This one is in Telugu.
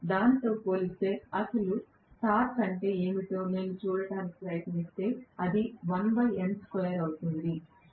దానితో పోల్చితే అసలు టార్క్ ఏమిటో నేను చూడటానికి ప్రయత్నిస్తే అది అవుతుంది